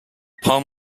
palm